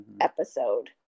episode